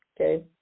Okay